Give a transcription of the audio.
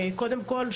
קודם כל,